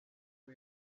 uwo